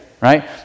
Right